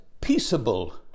peaceable